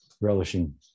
relishing